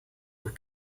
were